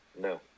no